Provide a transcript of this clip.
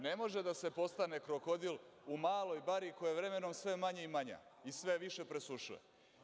Ne može da se postane krokodil u maloj bari koja je vremenom sve manja i manja i sve više presušuje.